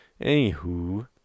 anywho